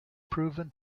proven